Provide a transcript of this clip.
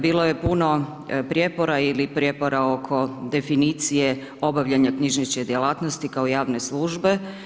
Bilo je puno prijepora ili prijepora oko definicije obavljanja knjižnične djelatnosti kao javne službe.